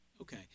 Okay